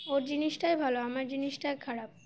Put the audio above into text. ওর জিনিসটাই ভালো আমার জিনিসটাই খারাপ